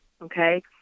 okay